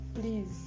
please